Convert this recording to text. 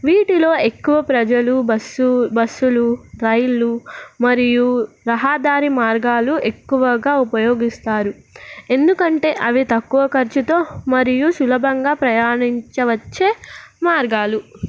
వీటిలో ఎక్కువ ప్రజలు బస్సు బస్సులు రైళ్లు మరియు రహాదారి మార్గాలు ఎక్కువగా ఉపయోగిస్తారు ఎందుకంటే అవి తక్కువ ఖర్చుతో మరియు సులభంగా ప్రయాణించవచ్చే మార్గాలు